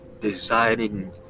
designing